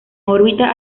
órbita